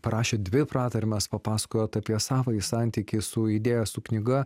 parašėt dvi pratarmes papasakojot apie savąjį santykį su idėja su knyga